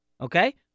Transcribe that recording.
Okay